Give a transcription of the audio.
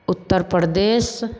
Uttar Pradesh